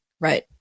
Right